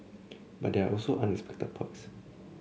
but there are also unexpected perks